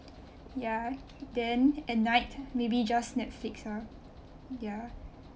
ya then at night maybe just netflix ah ya